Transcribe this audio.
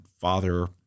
father